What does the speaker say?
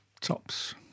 tops